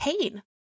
pain